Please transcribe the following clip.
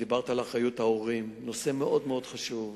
דיברת על אחריות ההורים, נושא מאוד מאוד חשוב: